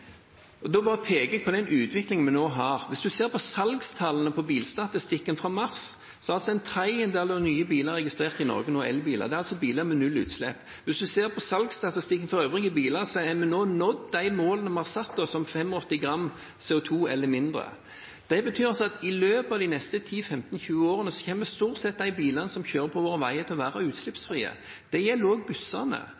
Da må jeg bare peke på den utviklingen vi nå har. Hvis man ser på salgstallene på bilstatistikken for mars, er en tredjedel av nye biler registrert i Norge nå, elbiler. Det er biler med null utslipp. Hvis man ser på salgsstatistikken for de øvrige bilene, har vi nå nådd de målene vi har satt oss om 85 gram CO 2 eller mindre. Det betyr at i løpet av de neste 10–15–20 årene kommer de bilene som kjører på våre veier, stort sett til å være